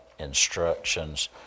Instructions